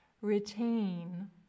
Retain